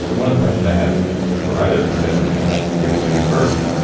one of the questions i have for either of you but emily i'll give it to you first.